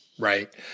Right